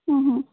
হুম হুম